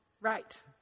Right